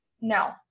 no